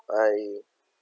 I